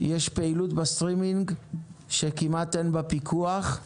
יש פעילות בסטרימינג שכמעט אין בה פיקוח,